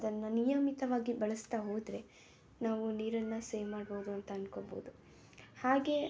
ಅದನ್ನು ನಿಯಮಿತವಾಗಿ ಬಳಸ್ತಾ ಹೋದರೆ ನಾವು ನೀರನ್ನು ಸೇವ್ ಮಾಡ್ಬೋದು ಅಂತ ಅನ್ಕೊಬೋದು ಹಾಗೇ